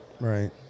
Right